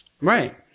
Right